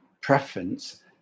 preference